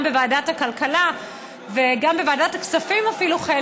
גם בוועדת הכלכלה ואפילו בוועדת הכספים,